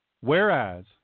Whereas